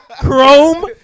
chrome